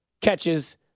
catches